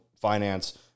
finance